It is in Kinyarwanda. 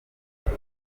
uwo